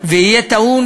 יהיה טעון